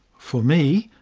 for me,